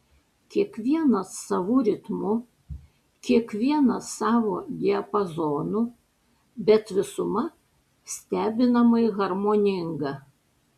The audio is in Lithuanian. kiekvienas savu ritmu kiekvienas savo diapazonu bet visuma stebinamai harmoninga